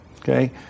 Okay